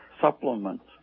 supplements